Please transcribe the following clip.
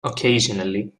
occasionally